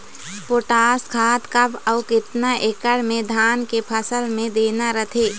Potash खाद कब अऊ केतना एकड़ मे धान के फसल मे देना रथे?